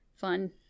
fun